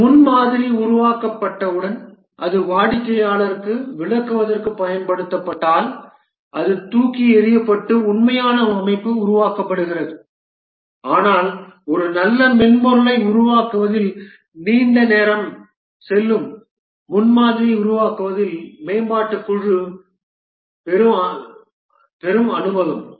ஒரு முன்மாதிரி உருவாக்கப்பட்டவுடன் அது வாடிக்கையாளருக்கு விளக்குவதற்குப் பயன்படுத்தப்பட்டால் அது தூக்கி எறியப்பட்டு உண்மையான அமைப்பு உருவாக்கப்படுகிறது ஆனால் ஒரு நல்ல மென்பொருளை உருவாக்குவதில் நீண்ட தூரம் செல்லும் முன்மாதிரியை உருவாக்குவதில் மேம்பாட்டுக் குழு பெறும் அனுபவம்